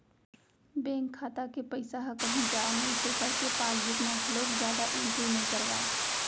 bank खाता के पइसा ह कहूँ जाए तो नइ करके पासबूक म घलोक जादा एंटरी नइ करवाय